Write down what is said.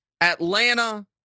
Atlanta